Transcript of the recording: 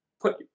put